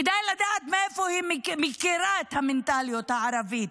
כדאי לדעת מאיפה היא מכירה את המנטליות הערבית.